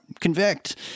convict